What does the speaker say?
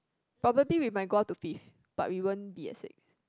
probably we might go up to fifth but we won't be at six